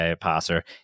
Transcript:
passer